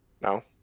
No